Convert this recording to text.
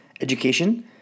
education